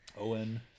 Owen